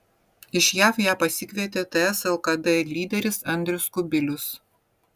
iš jav ją pasikvietė ts lkd lyderis andrius kubilius